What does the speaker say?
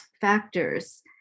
factors